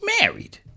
married